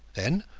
then,